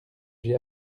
j’ai